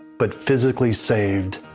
but physically saved,